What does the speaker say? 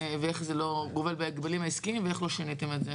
ואיך זה לא גובל בהגבלים העסקיים ואיך לא שיניתם את זה.